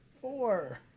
Four